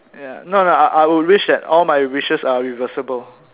ya no no I will wish that all my wishes are reversible